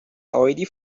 already